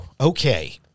okay